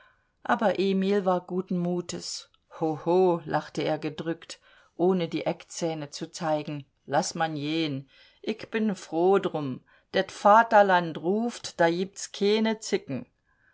aber emil war guten mutes ho ho lachte er gedrückt ohne die eckzähne zu zeigen laß man jehen ick bin froh drum det vaterland ruft da jibts keene zicken